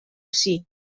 ací